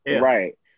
Right